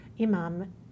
Imam